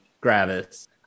Gravis